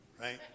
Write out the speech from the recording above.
right